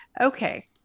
Okay